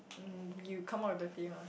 um you come out with the theme ah